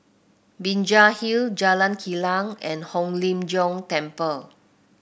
Binjai Hill Jalan Kilang and Hong Lim Jiong Temple